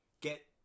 get